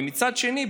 ומצד שני,